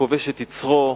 הכובש את יצרו.